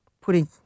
putting